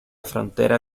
frontera